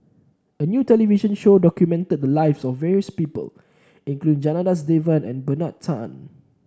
a new television show documented the lives of various people including Janadas Devan and Bernard Tan